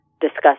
discuss